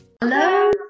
Hello